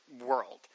world